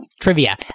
Trivia